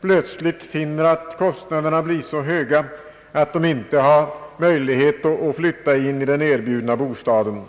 plötsligt finner att kostnaderna blir så höga att de inte har möjlighet att flytta in i den erbjudna bostaden.